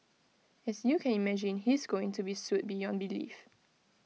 as you can imagine he's going to be sued beyond belief